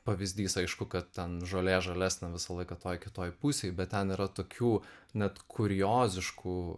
pavyzdys aišku kad ten žolė žalesnė visą laiką toj kitoj pusėj bet ten yra tokių net kurioziškų